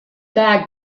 bag